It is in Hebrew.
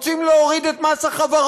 רוצים להוריד את מס החברות,